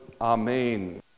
Amen